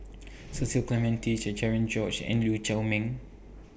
Cecil Clementi Cherian George and Lee Chiaw Meng